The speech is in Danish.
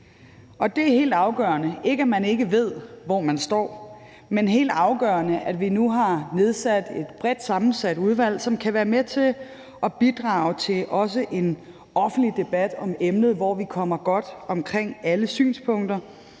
det er helt afgørende – ikke, at man ikke ved, hvor de står, men at vi nu har nedsat et bredt sammensat udvalg, som også kan være med til at bidrage til en offentlig debat om emnet, hvor vi kommer godt omkring alle synspunkter.